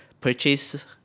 purchase